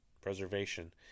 preservation